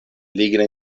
ligna